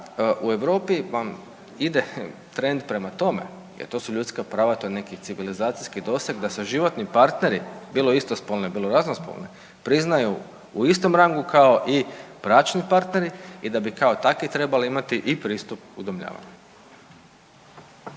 u Europi vam ide trend prema tome, jer to su ljudska prava, to je neki civilizacijski doseg da se životni partneri bilo istospolni, bilo raznospolni priznaju u istom rangu kao i bračni partneri i da bi kao takvi trebali imati i pristup udomljavanju.